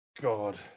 god